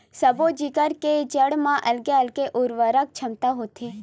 सब्बो जिगर के जड़ म अलगे अलगे उरवरक छमता होथे